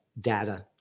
data